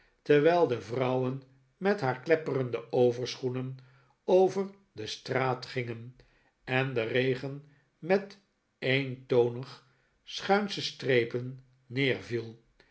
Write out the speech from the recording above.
terwijl de vrouwen met haar klepperende overschoenen over de straat gingen en de regen met eentonig schuinsche strepen neerviel